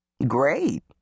Great